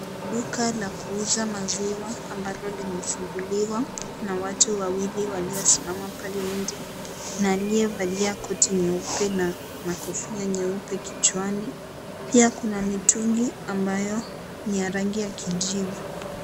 Duka la kuuza maziwa ambalo limefunguliwa na watu wawili waliosimama pale nje na aliyevalia koti nyeupe na kofia nyeupe kichwani. Pia, kuna mitungi ambayo ni ya rangi ya kijivu.